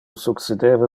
succedeva